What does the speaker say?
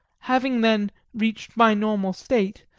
having then reached my normal state,